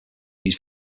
used